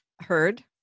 Heard